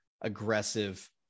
aggressive